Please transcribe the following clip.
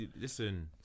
listen